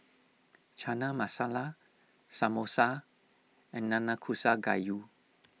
Chana Masala Samosa and Nanakusa Gayu